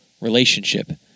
relationship